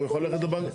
הוא יכול ללכת לבנק.